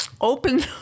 open